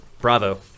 Bravo